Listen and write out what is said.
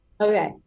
Okay